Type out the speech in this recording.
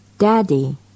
DADDY